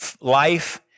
life